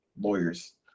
lawyers